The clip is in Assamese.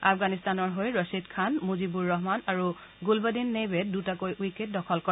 আফগানিস্তানৰ হৈ ৰাখিদ খান মুজিবুৰ ৰহমান আৰু গুলবদিন নেইবে দুটাকৈ উইকেট দখল কৰে